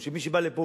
כי מי שבא לפה,